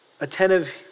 attentive